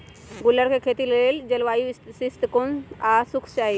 गुल्लर कें खेती लेल जलवायु शीतोष्ण आ शुष्क चाहि